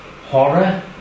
horror